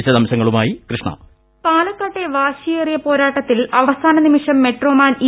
വിശദാംശങ്ങളുമായി കൃഷ്ണ വോയ്സ് പാലക്കാട്ടെ വാശിയേറിയ പോരാട്ടത്തിൽ അവസാന നിമിഷം മെട്രോമാൻ ഇ